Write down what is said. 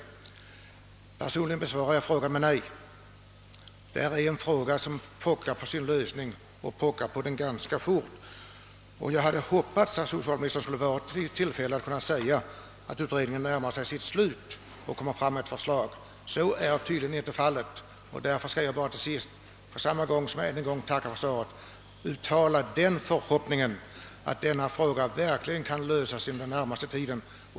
Personligen besvarar jag frågan med nej. Detta är ett problem som pockar på sin lösning ganska snart. Jag hade hoppats att socialministern skulle ha tillfälle att förklara att utredningen närmar sig sitt slut och inom kort lägger fram ett förslag. Så är tydligen inte fallet. Därför skall jag till sist, samtidigt som jag än en gång tackar för svaret, uttala den förhoppningen att denna fråga verkligen kan lösas inom den närmaste tiden.